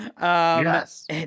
Yes